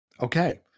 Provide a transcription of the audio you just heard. okay